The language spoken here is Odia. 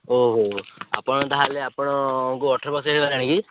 ଓଃ ଆପଣ ତା'ହେଲେ ଆପଣଙ୍କୁ ଅଠର ବର୍ଷ ହେଇଗଲାଣି କି